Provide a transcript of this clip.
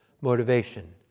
motivation